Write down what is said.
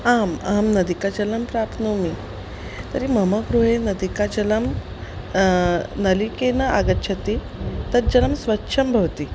आम् अहं नदिकाजलं प्राप्नोमि तर्हि मम गृहे नदिकाजलं नलिकेन आगच्छति तत् जलं स्वच्छं भवति